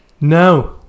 No